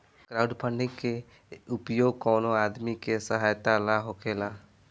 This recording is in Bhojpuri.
क्राउडफंडिंग के उपयोग कवनो आदमी के सहायता ला होखेला